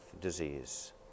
disease